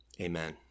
Amen